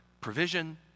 provision